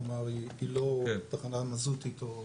כלומר היא לא תחנה מזוטית או